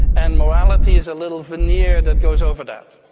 and morality is a little veneer that goes over that,